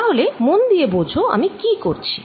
তাহলেমন দিয়ে বোঝো আমি কি করছি